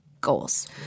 goals